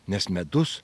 nes medus